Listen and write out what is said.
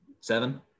seven